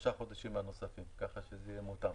שלושה חודשים נוספים כך שזה יהיה מותאם.